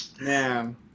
Man